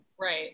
Right